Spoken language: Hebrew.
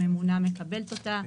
הממונה מקבלת אותה,